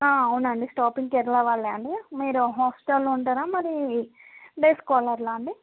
అవునండి స్టాఫింగ్ కేరళా వాళ్ళే అండి మీరు హాస్టల్లో ఉంటారా మరి డే స్కాలర్లా అండీ